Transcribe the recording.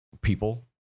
people